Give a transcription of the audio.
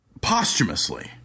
posthumously